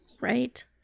Right